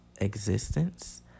existence